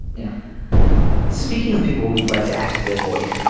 yeah speaking of people, we'd like to actively avoid.